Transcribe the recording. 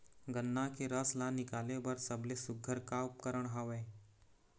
गन्ना के रस ला निकाले बर सबले सुघ्घर का उपकरण हवए?